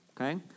okay